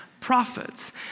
prophets